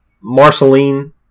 Marceline